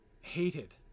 hated